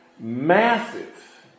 massive